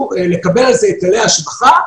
לקבל על זה היטלי השבחה,